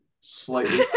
slightly